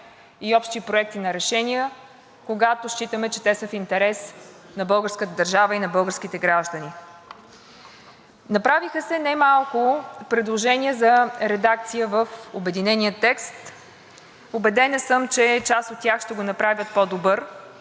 Направиха се немалко предложения за редакция в обединения текст. Убедена съм, че част от тях ще го направят по-добър. В разговорите тук, в залата, след направената редакция на господин Янев по точка